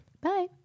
Bye